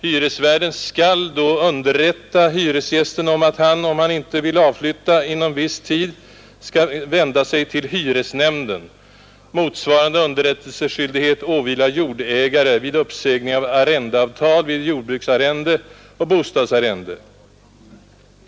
Hyresvärden skall då underrätta hyresgästen om att han, om han inte vill flytta, inom viss tid skall vända sig till hyresnämnden. Motsvarande underrättelseskyldighet åvilar jordägare vid uppsägning av arrendeavtal vid jordbruksarrende och bostadsarrende.